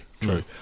true